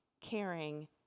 caring